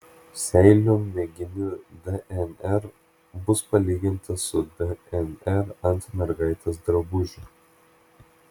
seilių mėginių dnr bus palyginta su dnr ant mergaitės drabužių